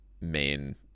main